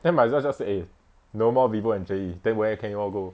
then might as well just say eh no more vivo and J_E then where can you all go